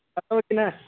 आयो की न